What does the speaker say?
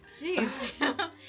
Jeez